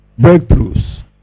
Breakthroughs